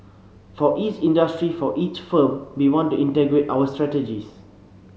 for each industry for each firm we want to integrate our strategies